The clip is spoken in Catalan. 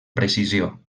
precisió